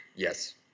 Yes